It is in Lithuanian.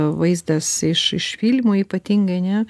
vaizdas iš iš fylmo ypatingai ne